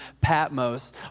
Patmos